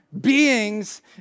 beings